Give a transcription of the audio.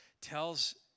tells